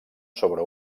sobre